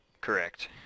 correct